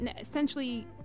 essentially